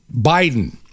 biden